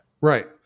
Right